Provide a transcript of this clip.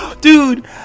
dude